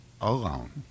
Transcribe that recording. alone